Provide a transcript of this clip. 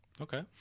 Okay